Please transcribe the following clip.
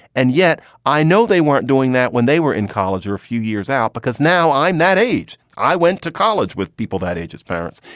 and yet i know they weren't doing that when they were in college or a few years out, because now i'm that age. i went to college with people that age as parents.